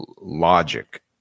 logic